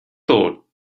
thought